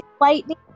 lightning